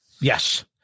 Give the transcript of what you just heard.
Yes